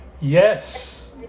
Yes